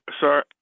sir